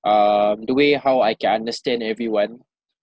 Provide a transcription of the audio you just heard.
um the way how I can understand everyone